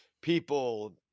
people